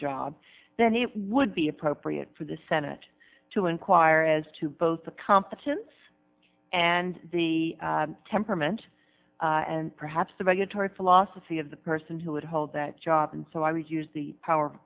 job then it would be appropriate for the senate to inquire as to both the competence and the temperament and perhaps the regulatory philosophy of the person who would hold that job and so i would use the power